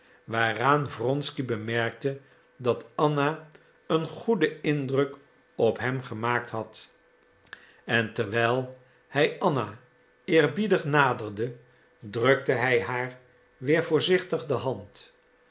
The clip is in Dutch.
waaraan wronsky bemerkte dat anna een goeden indruk op hem gemaakt had en terwijl hij anna eerbiedig naderde drukte hij haar weer voorzichtig de hand